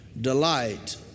Delight